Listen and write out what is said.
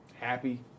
Happy